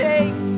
Take